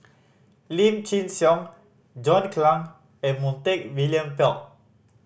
Lim Chin Siong John Clang and Montague William